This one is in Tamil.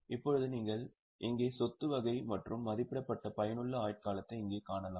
இப்போது நீங்கள் இங்கே சொத்து வகை மற்றும் மதிப்பிடப்பட்ட பயனுள்ள ஆயுட்காலத்தை இங்கே காணலாம்